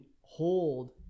hold